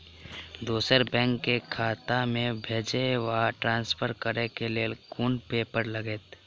दोसर बैंक केँ खाता मे भेजय वा ट्रान्सफर करै केँ लेल केँ कुन पेपर लागतै?